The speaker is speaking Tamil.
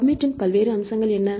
பப்மெட்டின் பல்வேறு அம்சங்கள் என்ன